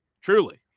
truly